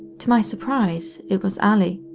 to my surprise, it was allie.